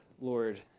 Lord